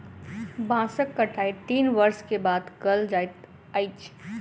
बांसक कटाई तीन वर्ष के बाद कयल जाइत अछि